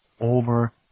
over